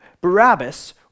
Barabbas